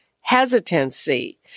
hesitancy